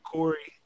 Corey